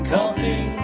Coffee